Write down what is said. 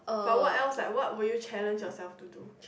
but what else like what would you challenge yourself to do